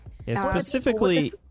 Specifically